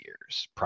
years